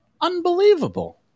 Unbelievable